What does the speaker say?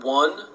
one